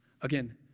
Again